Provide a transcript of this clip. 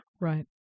Right